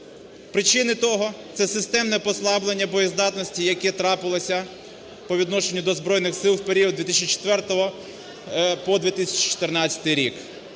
Причини того – це системне послаблення боєздатності, яке трапилося по відношенню до Збройних Сил в період з 2004 по 2014 рік.